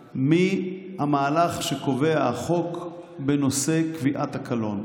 מהמהלך שקובע החוק בנושא קביעת הקלון.